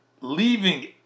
leaving